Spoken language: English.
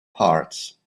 parts